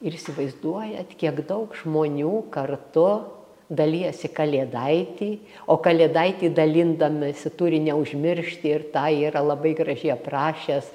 ir įsivaizduojat kiek daug žmonių kartu dalijasi kalėdaitį o kalėdaitį dalindamiesi turi neužmiršti ir tą yra labai gražiai aprašęs